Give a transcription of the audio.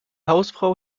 hausfrau